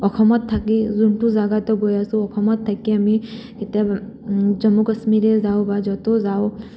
অসমত থাকি যোনটো জগাতো গৈ আছোঁ অসমত থাকি আমি কেতিয়াবা জম্মু কাশ্মীৰে যাওঁ বা যতে যাওঁ